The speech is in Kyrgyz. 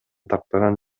тактаган